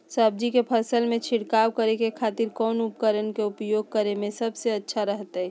सब्जी के फसल में छिड़काव करे के खातिर कौन उपकरण के उपयोग करें में सबसे अच्छा रहतय?